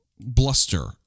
bluster